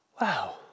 Wow